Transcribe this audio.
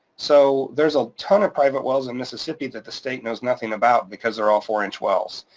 so, there's a ton of private wells in mississippi that the state knows nothing about because they're all four inch wells.